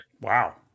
Wow